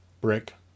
brick